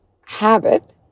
habit